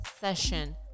session